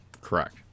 Correct